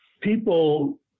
people